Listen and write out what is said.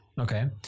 Okay